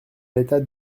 l’état